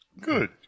Good